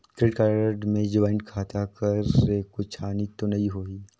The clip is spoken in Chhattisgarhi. क्रेडिट कारड मे ज्वाइंट खाता कर से कुछ हानि तो नइ होही?